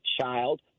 child